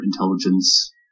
intelligence